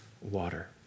water